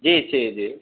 जी जी जी